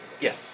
Yes